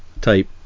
type